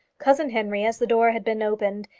cousin henry, as the door had been opened,